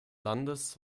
landes